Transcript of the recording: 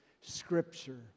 Scripture